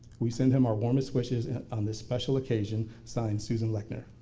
we send him our warmest wishes on this special occasion. signed susan lechner.